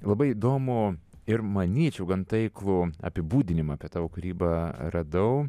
labai įdomų ir manyčiau gan taiklų apibūdinimą apie tavo kūrybą radau